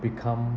become